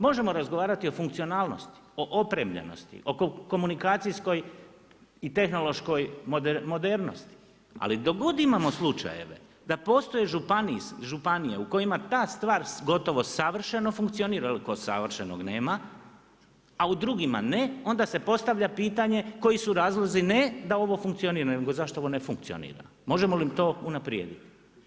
Možemo razgovarati o funkcionalnosti, o opremljenosti, oko komunikacijskoj i tehnološkoj modernosti ali dok god imamo slučajeve da postoje županije u kojima ta stvar gotovo savršeno funkcionira jer nikog savršenog nema, a u drugima ne, onda se postavlja pitanje, koji su razlozi ne da ovo funkcionira, nego zašto ovo ne funkcionira, možemo li to unaprijediti?